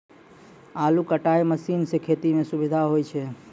आलू कटाई मसीन सें खेती म सुबिधा होय छै